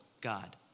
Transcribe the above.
God